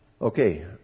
Okay